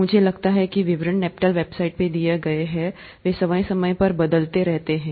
मुझे लगता है कि विवरण NPTEL वेबसाइट में दिए गए हैं वे समय समय पर बदलते रहते हैं